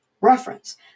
Reference